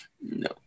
No